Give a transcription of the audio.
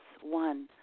One